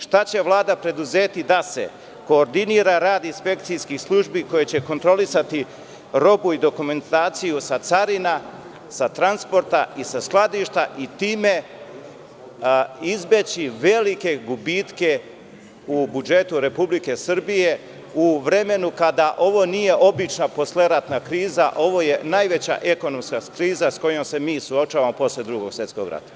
Šta će Vlada preduzeti da se koordinira rad inspekcijskih službi, koje će kontrolisati robu i dokumentaciju sa carina sa transporta i sa skladišta i time izbeći velike gubitke u budžetu Republike Srbije, u vremenu kada ovo nije obična posleratna kriza, a ovo je najveća ekonomska kriza, sa kojom se mi suočavamo posle Drugog svetskog rata?